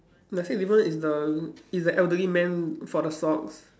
the sixth difference is the is the elderly man for the socks